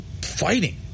fighting